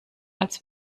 als